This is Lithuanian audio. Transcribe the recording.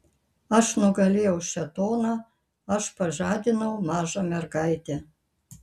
aš nugalėjau šėtoną aš pažadinau mažą mergaitę